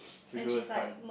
the girl is fine